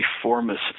reformist